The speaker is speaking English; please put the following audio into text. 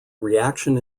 reaction